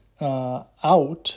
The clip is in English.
out